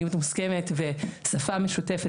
הן בעצם מדיניות מוסכמת ושפה משותפת